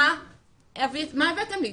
מה הבאתם לי?